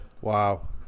Wow